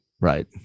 right